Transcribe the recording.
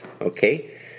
okay